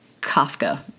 Kafka